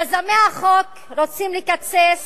יזמי החוק רוצים לקצץ